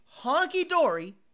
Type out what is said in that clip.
honky-dory